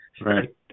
right